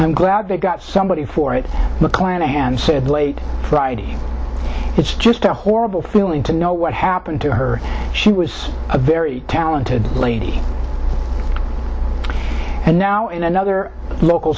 i'm glad they got somebody for it mcclanahan said late friday it's just a horrible feeling to know what happened to her she was a very talented lady and now in another local